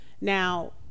Now